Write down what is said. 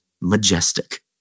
majestic